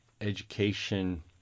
education